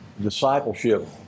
discipleship